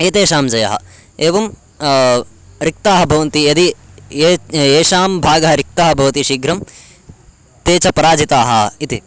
एतेषां जयः एवं रिक्ताः भवन्ति यदि ये येषां भागः रिक्तः भवति शीघ्रं ते च पराजिताः इति